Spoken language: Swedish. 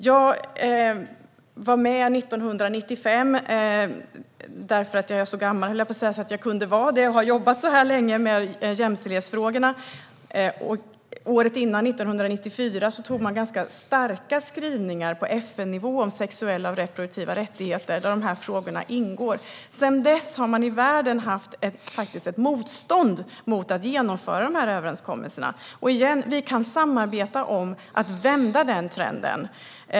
Jag var med 1995 - jag är så gammal så att jag kunde vara det, och jag har jobbat så här länge med jämställdhetsfrågorna. Året innan, 1994, antog man ganska starka skrivningar på FN-nivå om sexuella och reproduktiva rättigheter, där dessa frågor ingår. Sedan dess har man i världen haft ett motstånd mot att genomföra överenskommelserna. Vi kan samarbeta om att vända den trenden.